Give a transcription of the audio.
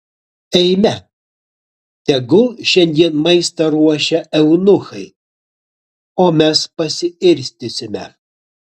eime tegul šiandien maistą ruošia eunuchai o mes pasiirstysime